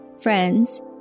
friends